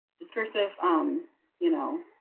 discursive um you know